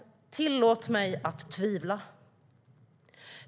Tillåt mig tvivla!